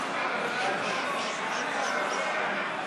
אני לא רוצה לסבך אותך בשום דבר.